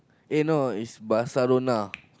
eh no is Barcelona